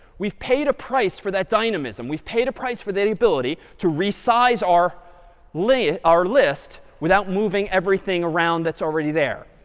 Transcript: we've paid a price for that dynamism. we've paid a price for the ability to resize our list our list without moving everything around that's already there.